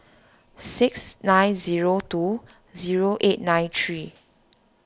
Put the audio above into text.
six nine zero two zero eight nine three